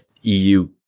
EU